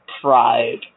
Pride